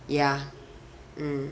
ya mm